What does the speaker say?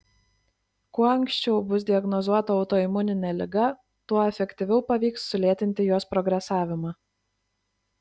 kuo anksčiau bus diagnozuota autoimuninė liga tuo efektyviau pavyks sulėtinti jos progresavimą